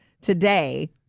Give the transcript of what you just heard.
today